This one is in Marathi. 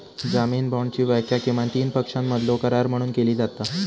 जामीन बाँडची व्याख्या किमान तीन पक्षांमधलो करार म्हणून केली जाता